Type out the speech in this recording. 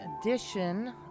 edition